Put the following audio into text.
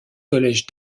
collèges